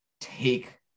take